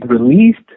released